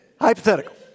Hypothetical